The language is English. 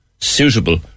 suitable